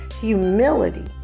Humility